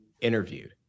interviewed